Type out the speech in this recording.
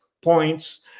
points